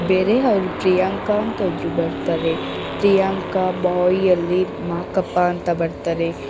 ಬೇರೆ ಅವ್ರು ಪ್ರಿಯಾಂಕಾ ಅಂತ ಒಬ್ಬರು ಬರ್ತಾರೆ ಪ್ರಿಯಾಂಕಾ ಬಾಯಲ್ಲಿ ಮಾಕಪ್ಪ ಅಂತ ಬರ್ತಾರೆ